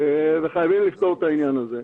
וחייבים לפתור את העניין הזה.